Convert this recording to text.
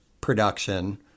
Production